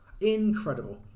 Incredible